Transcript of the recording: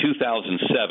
2007